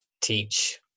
teach